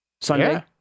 Sunday